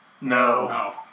No